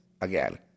again